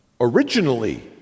Originally